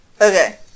Okay